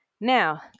Now